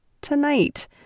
tonight